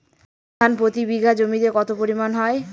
আমন ধান প্রতি বিঘা জমিতে কতো পরিমাণ হয়?